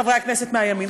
מחברי הכנסת מהימין.